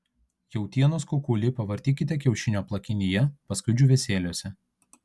jautienos kukulį pavartykite kiaušinio plakinyje paskui džiūvėsėliuose